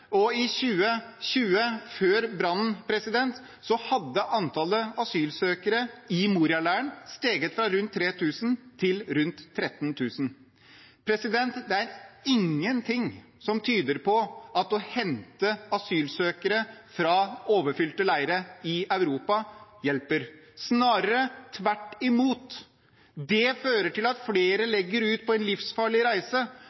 og i 2020, før brannen, hadde antallet asylsøkere i Moria-leiren steget fra rundt 3 000 til rundt 13 000. Det er ingenting som tyder på at å hente asylsøkere fra overfylte leirer i Europa, hjelper. Snarere tvert imot: Det fører til at flere legger ut på en livsfarlig reise,